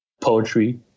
poetry